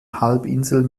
halbinsel